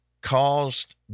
caused